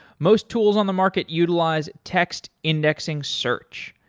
most tools on the market utilize text indexing search,